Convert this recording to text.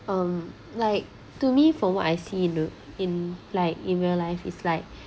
um like to me from what I see in rea~ in like in real life is like